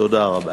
תודה רבה.